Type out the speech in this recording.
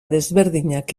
desberdinak